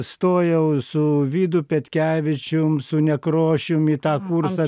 stojau su vidu petkevičium su nekrošium į tą kursą